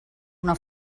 una